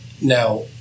Now